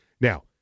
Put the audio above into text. Now